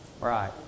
right